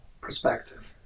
perspective